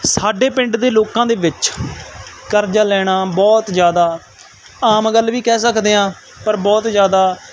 ਸਾਡੇ ਪਿੰਡ ਦੇ ਲੋਕਾਂ ਦੇ ਵਿੱਚ ਕਰਜ਼ਾ ਲੈਣਾ ਬਹੁਤ ਜ਼ਿਆਦਾ ਆਮ ਗੱਲ ਵੀ ਕਹਿ ਸਕਦੇ ਹਾਂ ਪਰ ਬਹੁਤ ਜ਼ਿਆਦਾ